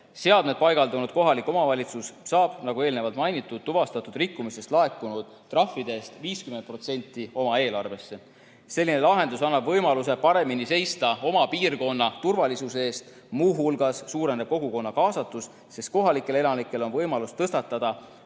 Seadmed paigaldanud kohalik omavalitsus saab, nagu eelnevalt mainitud, tuvastatud rikkumistest laekunud trahvidest 50% oma eelarvesse. Selline lahendus annab võimaluse paremini seista oma piirkonna turvalisuse eest. Muu hulgas suureneb kogukonna kaasatus, sest kohalikel elanikel on võimalus tõstatada